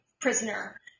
prisoner